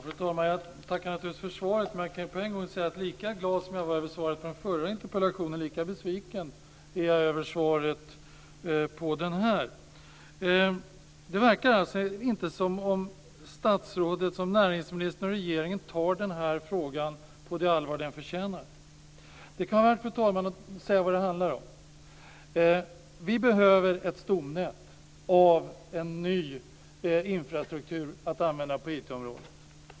Fru talman! Jag tackar naturligtvis för svaret. Men jag kan på en gång säga att lika glad som jag var över svaret på den förra interpellationen, lika besviken är jag över svaret på denna. Det verkar inte som om näringsministern och regeringen tar den här frågan på det allvar som den förtjänar. Fru talman! Låt mig säga vad det handlar om. Vi behöver ett stomnät och en ny infrastruktur att använda på IT-området.